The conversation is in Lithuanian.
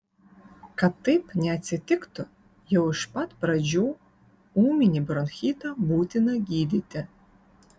kad taip neatsitiktų jau iš pat pradžių ūminį bronchitą būtina gydyti